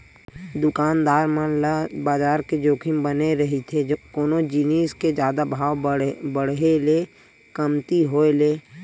दुकानदार मन ल बजार के जोखिम बने रहिथे कोनो जिनिस के जादा भाव बड़हे ले कमती होय ले